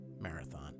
Marathon